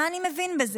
מה אני מבין בזה?